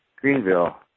Greenville